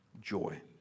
joy